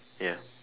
ya